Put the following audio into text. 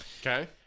Okay